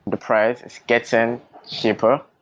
the price is getting cheaper,